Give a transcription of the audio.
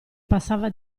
passava